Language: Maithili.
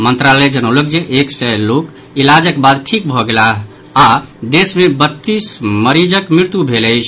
मंत्रालय जनौलक जे सय लोक इलाजक बाद ठिक भऽ गेलाह आओर देश मे बत्तीस मरीजक मृत्यु भऽ गेल अछि